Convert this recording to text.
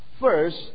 first